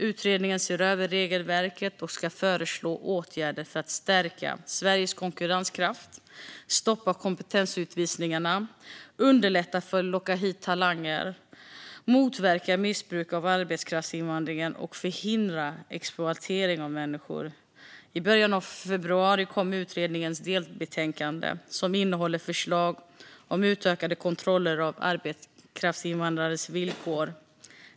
Utredningen ser över regelverket och ska föreslå åtgärder för att stärka Sveriges konkurrenskraft, stoppa kompetensutvisningarna, underlätta för att locka hit talanger, motverka missbruk av arbetskraftsinvandringen och förhindra exploatering av människor. I början av februari kom utredningens delbetänkande, som innehåller förslag om utökade kontroller av arbetskraftsinvandrares villkor.